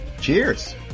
Cheers